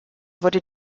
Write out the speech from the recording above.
wurde